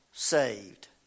Saved